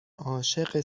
عاشق